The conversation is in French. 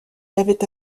l’avait